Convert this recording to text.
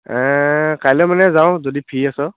কাইলৈ মানে যাওঁ যদি ফ্ৰী আছ'